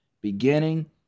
beginning